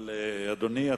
אדוני,